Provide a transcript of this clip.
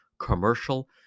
commercial